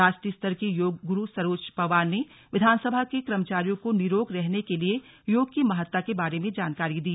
राष्ट्रीय स्तर की योग गुरु सरोज पंवार ने विधानसभा के कर्मचारियों को निरोग रहने के लिए योग की महत्ता के बारे में जानकारी दी